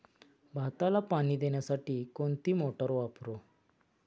भाताला पाणी देण्यासाठी कोणती मोटार वापरू?